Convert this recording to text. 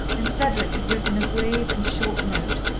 and cedric had written a grave and short note,